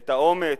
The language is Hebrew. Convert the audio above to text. אומץ,